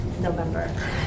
November